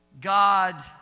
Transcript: God